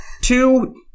two